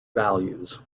values